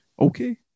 Okay